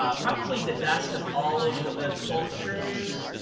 probably the best of all of the cultures